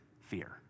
fear